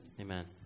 Amen